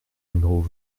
numéros